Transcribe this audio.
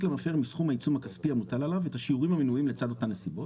למפר מסכום העיצום הכספי המוטל עליו את השיעורים המנויים לצד אותן נסיבות,